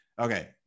okay